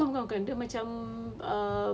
bukan bukan bukan dia macam uh